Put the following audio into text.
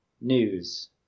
news